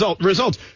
results